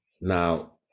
Now